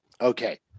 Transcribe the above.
okay